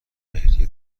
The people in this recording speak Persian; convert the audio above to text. مهریه